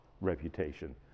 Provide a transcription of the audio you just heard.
reputation